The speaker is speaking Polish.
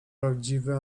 prawdziwy